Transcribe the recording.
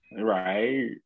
right